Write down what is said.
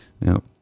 Now